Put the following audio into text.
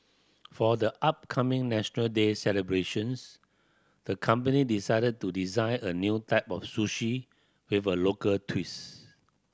for the upcoming National Day celebrations the company decided to design a new type of sushi with a local twist